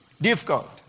difficult